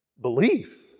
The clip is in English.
Belief